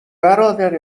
برادر